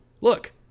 look